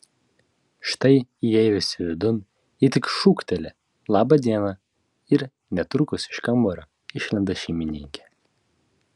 štai įėjusi vidun ji tik šūkteli laba diena ir netrukus iš kambario išlenda šeimininkė